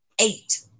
Eight